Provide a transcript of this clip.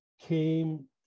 came